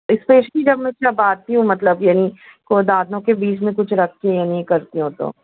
especially جب میں چباتی ہوں مطلب یعنی کوئی دانتوں کے بیچ میں کچھ رکھتی ہوں نہیں کرتی ہوں تو